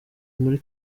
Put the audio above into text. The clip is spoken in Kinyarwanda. muri